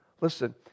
listen